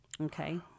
okay